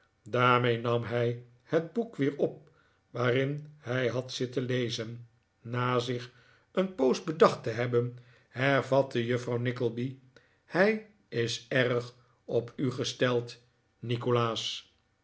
daarmee nam hij het boek weer op waarin hij had zitten lezen na zich een poos bedacht te hebben hervatte juffrouw nickleby hij is erg op u gesteld nikolaas